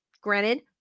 granted